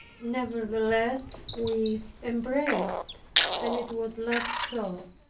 nevertheless we embraced and it was left so.